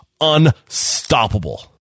unstoppable